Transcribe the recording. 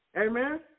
Amen